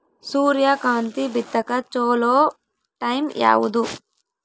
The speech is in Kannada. ಸೂರ್ಯಕಾಂತಿ ಬಿತ್ತಕ ಚೋಲೊ ಟೈಂ ಯಾವುದು?